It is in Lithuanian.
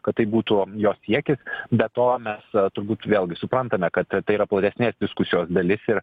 kad tai būtų jos siekis be to mes turbūt vėlgi suprantame kad tai yra platesnės diskusijos dalis ir